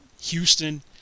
Houston